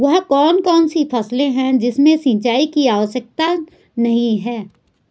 वह कौन कौन सी फसलें हैं जिनमें सिंचाई की आवश्यकता नहीं है?